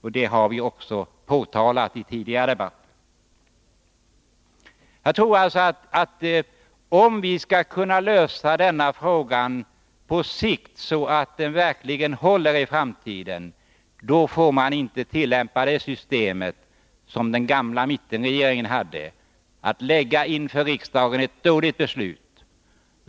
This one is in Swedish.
Det har vi också påtalat i tidigare debatter. Jag tror alltså att om vi skall kunna lösa denna fråga på sikt så att lösningen verkligen håller i framtiden, får vi inte tillämpa den gamla mittenregeringens system. Den lade inför riksdagen ett dåligt förslag.